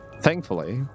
Thankfully